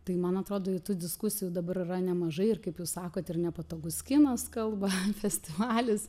tai man atrodo ir tų diskusijų dabar yra nemažai ir kaip jūs sakot ir nepatogus kinas kalba festivalis